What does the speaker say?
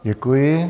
Děkuji.